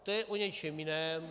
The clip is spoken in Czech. To je o něčem jiném.